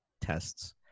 tests